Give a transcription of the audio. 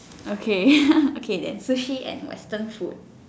okay okay then sushi and Western food